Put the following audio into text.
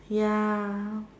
ya